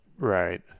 Right